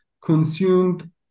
consumed